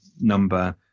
number